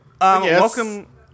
Welcome